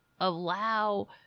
allow